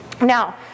Now